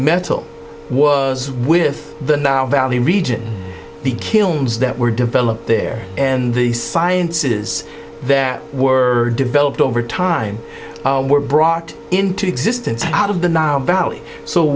metal was with the nile valley region the kilns that were developed there and the sciences that were developed over time were brought into existence out of the nile valley so